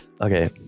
Okay